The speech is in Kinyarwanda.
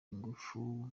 ingufu